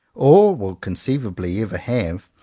or will conceivably ever have,